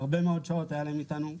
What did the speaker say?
הרבה מאוד שעות היה להם איתנו,